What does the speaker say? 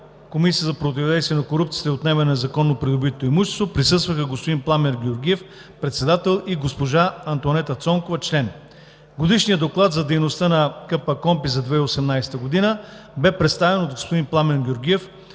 Комисията за противодействие на корупцията и за отнемане на незаконно придобитото имущество присъстваха: господин Пламен Георгиев – председател, и госпожа Антоанета Цонкова – член. Годишният доклад за дейността на КПКОНПИ за 2018 г. бе представен от господин Пламен Георгиев,